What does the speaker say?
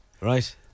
Right